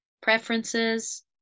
preferences